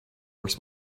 works